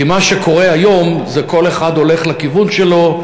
כי מה שקורה היום זה שכל אחד הולך לכיוון שלו,